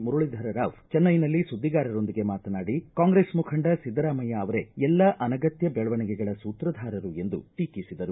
ಮುರಲೀಧರ ರಾವ್ ಚೆನ್ನೈನಲ್ಲಿ ಸುದ್ದಿಗಾರರೊಂದಿಗೆ ಮಾತನಾಡಿ ಕಾಂಗ್ರೆಸ್ ಮುಖಂಡ ಸಿದ್ದರಾಮಯ್ಯ ಅವರೇ ಎಲ್ಲ ಅನಗತ್ತ ಬೆಳವಣಿಗೆಗಳ ಸೂತ್ರಧಾರರು ಎಂದು ಟೀಕಿಸಿದರು